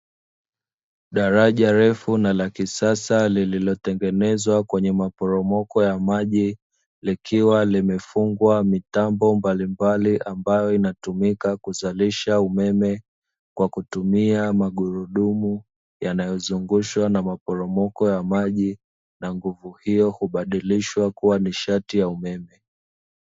Daraja refu na la kisasa, lililotengenzwa kwenye maporomoko ya maji, likiwa limefungwa mitambo mbalimbali ambayo inatumika kuzalisha umeme kwa kutumia magurudumu yanayozungushwa na maporomoko ya maji, na nguvu hiyo hubadilishwa kuwa nishati ya umeme.